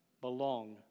belong